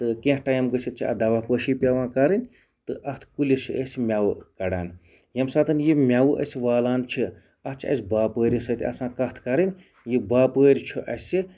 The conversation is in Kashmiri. تہٕ کینٛہہ ٹایِم گٔژھِتھ چھِ اَتھ دَوا پٲشی پیٚوان کَرٕنۍ تہٕ اَتھ کُلِس چھِ أسۍ میٚوٕ کَڑان ییٚمہِ ساتَن یہِ میٚوٕ أسۍ والان چھِ اَتھ چھِ اَسہِ باپٲرِس سۭتۍ آسان کَتھ کَرٕنۍ یہِ باپٲرۍ چھُ اَسہِ